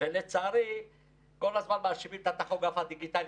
ולצערי כל הזמן מאשימים את הטכוגרף הדיגיטלי.